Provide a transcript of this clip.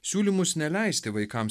siūlymus neleisti vaikams